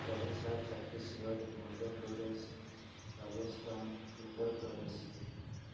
Odisha Chhattisgarh Madhya Pradesh Rajasthan Uttar Pradesh